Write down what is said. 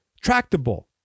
tractable